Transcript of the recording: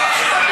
הזאת?